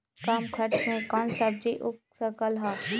कम खर्च मे कौन सब्जी उग सकल ह?